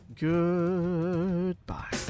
Goodbye